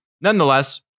Nonetheless